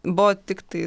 buvo tiktai